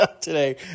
today